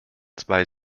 zwei